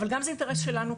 אבל זהו גם אינטרס שלנו,